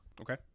Okay